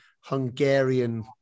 Hungarian